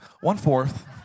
one-fourth